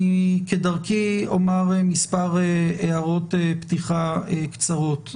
אני כדרכי אומר מספר הערות פתיחה קצרות.